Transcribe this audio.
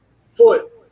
foot